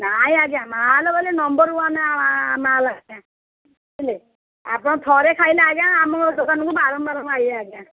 ନାଇଁ ଆଜ୍ଞା ମାଲ୍ ବୋଇଲେ ନମ୍ବର୍ ୱାନ୍ ମାଲ ଆଜ୍ଞା ବୁଝିଲେ ଆପଣ ଥରେ ଖାଇଲେ ଆଜ୍ଞା ଆମ ଦୋକାନକୁ ବାରମ୍ବାର ଆଜ୍ଞା